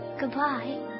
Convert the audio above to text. Goodbye